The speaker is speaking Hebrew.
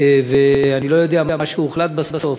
ואני לא יודע מה הוחלט בסוף,